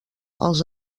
els